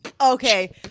Okay